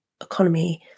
economy